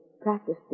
practice